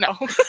No